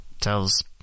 tells